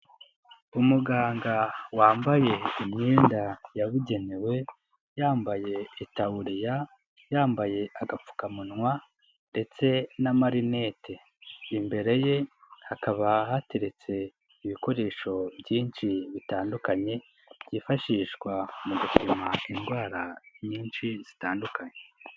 umuganga wambaye imyenda yabugenewe, yambaye itaburiya, yambaye agapfukamunwa ndetse n'amarinete, imbere ye hakaba hateretse ibikoresho byinshi bitandukanye, byifashishwa mu gupima, indwara nyinshi zitandukanye